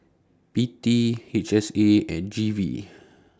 P T H S A and G V